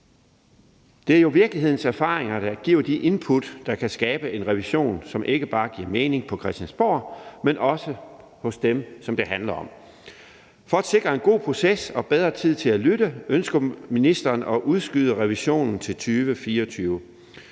Det er jo virkelighedens erfaringer, der giver de input, der kan skabe en revision, som ikke bare giver mening på Christiansborg, men også hos dem, som det handler om. For at sikre en god proces og bedre tid til at lytte ønsker ministeren at udskyde revisionen til 2024.